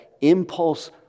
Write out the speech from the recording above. impulse